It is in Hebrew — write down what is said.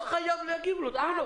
לא חייבים להגיב לו, מה אכפת לך?